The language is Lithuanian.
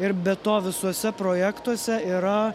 ir be to visuose projektuose yra